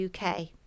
UK